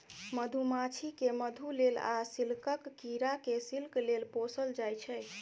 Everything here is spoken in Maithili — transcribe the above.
मधुमाछी केँ मधु लेल आ सिल्कक कीरा केँ सिल्क लेल पोसल जाइ छै